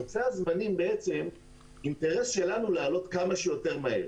נושא הזמנים זה אינטרס שלנו לענות כמה שיותר מהר